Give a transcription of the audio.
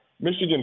Michigan